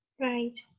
Right